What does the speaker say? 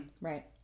Right